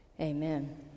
Amen